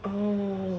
oh